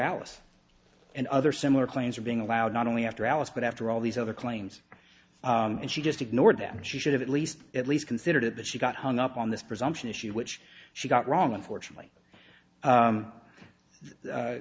alice and other similar claims are being allowed not only after alice but after all these other claims and she just ignored them and she should have at least at least considered that she got hung up on this presumption issue which she got wrong unfortunately